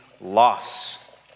loss